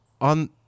On